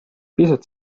pisut